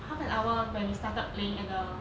half an hour when we started playing at the